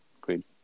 Great